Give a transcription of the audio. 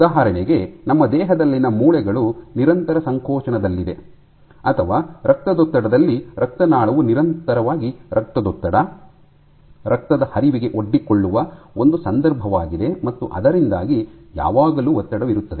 ಉದಾಹರಣೆಗೆ ನಮ್ಮ ದೇಹದಲ್ಲಿನ ಮೂಳೆಗಳು ನಿರಂತರ ಸಂಕೋಚನದಲ್ಲಿದೆ ಅಥವಾ ರಕ್ತದೊತ್ತಡದಲ್ಲಿ ರಕ್ತನಾಳವು ನಿರಂತರವಾಗಿ ರಕ್ತದೊತ್ತಡ ರಕ್ತದ ಹರಿವಿಗೆ ಒಡ್ಡಿಕೊಳ್ಳುವ ಒಂದು ಸಂದರ್ಭವಾಗಿದೆ ಮತ್ತು ಅದರಿಂದಾಗಿ ಯಾವಾಗಲೂ ಒತ್ತಡವಿರುತ್ತದೆ